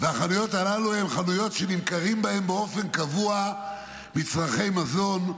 והחנויות הללו הן חנויות שנמכרים בהן באופן קבוע מצרכי מזון,